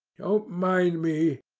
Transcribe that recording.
don't mind me,